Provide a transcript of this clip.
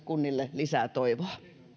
kunnille lisää toivoa